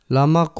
Lama